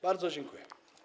Bardzo dziękuję.